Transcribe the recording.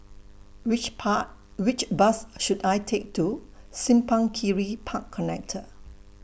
Which Pa Which Bus should I Take to Simpang Kiri Park Connector